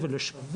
יושב